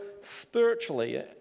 spiritually